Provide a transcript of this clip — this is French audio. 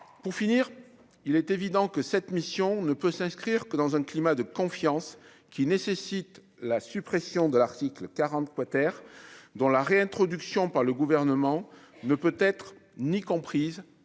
pour finir, il est évident que cette mission ne peut s'inscrire que dans un climat de confiance qui nécessite la suppression de l'article 40 Potter dont la réintroduction par le gouvernement ne peut être ni comprise